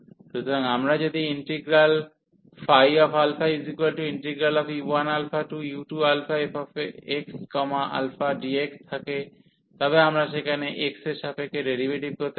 সুতরাং আমাদের যদি ইন্টিগ্রাল u1u2fxαdx থাকে তবে আমরা সেখানে এর সাপেক্ষে ডেরিভেটিভ করতে চাই